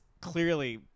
clearly